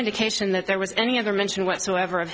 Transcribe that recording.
indication that there was any other mention whatsoever